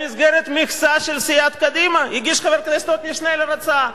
במסגרת מכסה של סיעת קדימה הגיש חבר כנסת עתניאל שנלר הצעה.